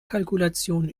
kalkulation